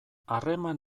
harreman